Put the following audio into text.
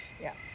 Yes